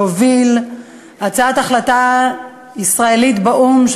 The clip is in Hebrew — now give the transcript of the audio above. שהוביל הצעת החלטה ישראלית באו"ם,